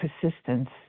persistence